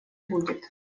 будет